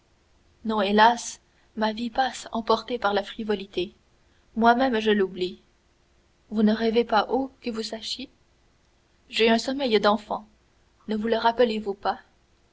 non hélas ma vie passe emportée par la frivolité moi-même je l'oublie vous ne rêvez pas haut que vous sachiez j'ai un sommeil d'enfant ne vous le rappelez-vous pas